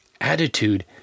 Attitude